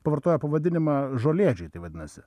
pavartojo pavadinimą žolėdžiai tai vadinasi